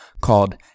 called